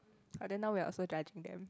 but then now we are also judging them